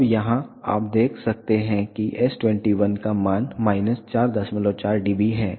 अब यहाँ आप देख सकते हैं S21 का मान माइनस 44 dB है